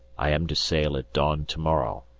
i am to sail at dawn tomorrow.